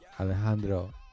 alejandro